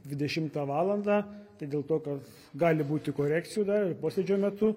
dvidešimtą valandą tai dėl to kad gali būti korekcijų dar ir posėdžio metu